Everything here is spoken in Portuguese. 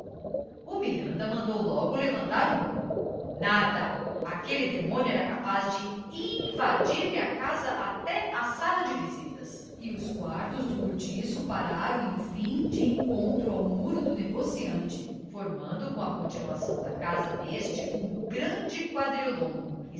o miranda mandou logo levantar o muro nada aquele demônio era capaz de invadir lhe a casa até a sala de visitas e os quartos do cortiço pararam enfim de encontro ao muro do negociante formando com a continuação da casa deste um grande quadrilongo